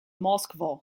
moskvo